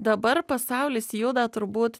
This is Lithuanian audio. dabar pasaulis juda turbūt